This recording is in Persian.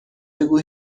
بگو